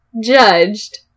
judged